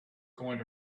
going